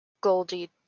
Goldie